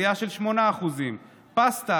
עלייה של 8%; פסטה,